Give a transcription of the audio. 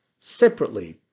separately